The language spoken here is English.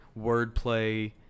wordplay